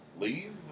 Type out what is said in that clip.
leave